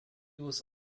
was